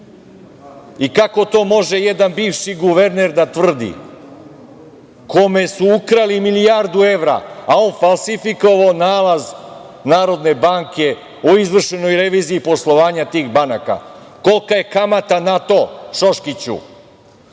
to može jedan bivši guverner da tvrdi, kome su ukrali milijardu evra, a on falsifikovao nalaz Narodne banke o izvršenoj reviziji poslovanja tih banaka? Kolika je kamata na to, Šoškuću?